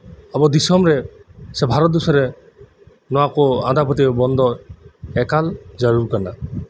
ᱟᱵᱚ ᱫᱤᱥᱚᱢᱨᱮ ᱥᱮ ᱵᱷᱟᱨᱚᱛ ᱫᱤᱥᱚᱢᱨᱮ ᱱᱚᱟ ᱠᱚᱟᱸᱫᱷᱟ ᱯᱟᱹᱛᱭᱟᱹᱣ ᱵᱚᱱᱫᱷᱚ ᱮᱠᱟᱞ ᱡᱟᱹᱨᱩᱲ ᱠᱟᱱᱟ